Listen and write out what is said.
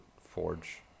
forge